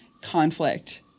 conflict